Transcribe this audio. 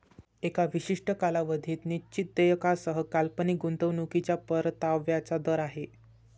एका विशिष्ट कालावधीत निश्चित देयकासह काल्पनिक गुंतवणूकीच्या परताव्याचा दर आहे